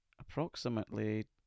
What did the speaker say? approximately